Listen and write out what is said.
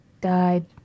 died